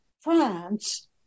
France